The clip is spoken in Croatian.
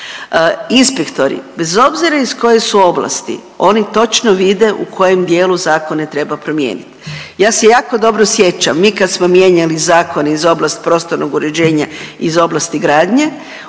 inspektori bez obzira iz koje su oblasti oni točno vide u kojem dijelu zakone treba promijenit. Ja se jako dobro sjećam mi kad smo mijenjali zakon iz oblasti prostornog uređenja iz oblasti gradnje